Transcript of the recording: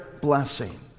blessing